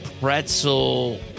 pretzel